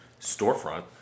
storefront